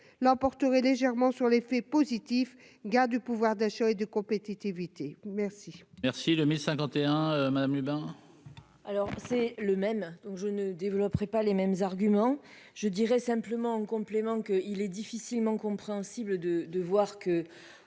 l'emporterait légèrement sur l'effet positif gars du pouvoir d'achat et de compétitivité, merci. Merci le MLI madame. Alors c'est le même, donc je ne développerai pas les mêmes arguments, je dirais simplement en complément qu'il est difficilement compréhensible de de voir que,